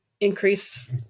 increase